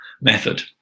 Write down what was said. method